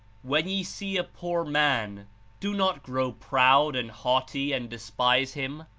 when ye see a poor man do not grow proud and haughty and despise him,